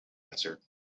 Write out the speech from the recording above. answered